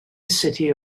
city